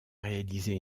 réalisé